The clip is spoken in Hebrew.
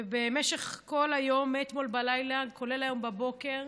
במשך כל היום, מאתמול בלילה, כולל היום בבוקר,